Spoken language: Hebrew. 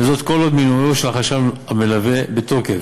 וזאת כל עוד מינויו של החשב המלווה בתוקף.